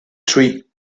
tree